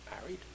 married